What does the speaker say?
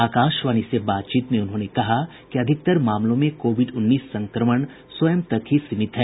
आकाशवाणी से बातचीत में उन्होंने कहा कि ज्यादातर मामलों में कोविड उन्नीस संक्रमण स्वयं तक ही सीमित है